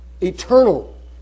eternal